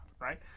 right